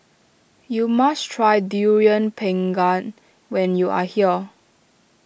you must try Durian Pengat when you are here